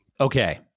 Okay